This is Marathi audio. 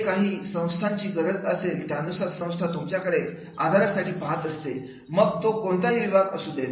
जे काही संस्थेची गरज असेल त्यानुसार संस्था तुमच्याकडे आधारासाठी पाहत असते मग तो कोणताही विभाग असू देत